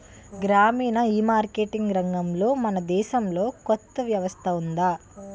గ్రామీణ ఈమార్కెటింగ్ రంగంలో మన దేశంలో కొత్త వ్యవస్థ ఉందా?